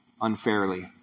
unfairly